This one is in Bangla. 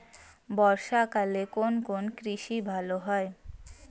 বর্ষা কালে কোন কোন কৃষি ভালো হয়?